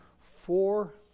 four